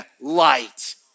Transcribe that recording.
light